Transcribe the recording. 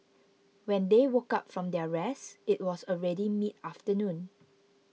when they woke up from their rest it was already mid afternoon